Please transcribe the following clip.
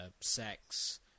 sex